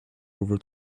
over